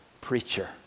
preacher